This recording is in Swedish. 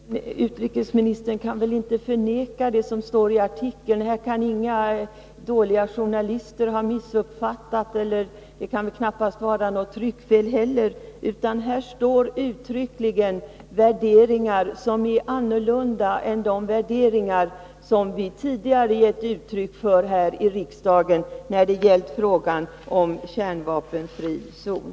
Herr talman! Men utrikesministern kan väl inte förneka det som står i artikeln. Här kan inga ”dåliga” journalister ha missuppfattat, och det kan knappast heller vara något tryckfel. Här står uttryckligen värderingar som är annorlunda än de värderingar som vi tidigare gett uttryck för här i riksdagen när det gällt frågan om kärnvapenfri zon.